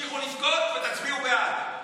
תמשיכו לבכות ותצביעו בעד.